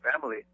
family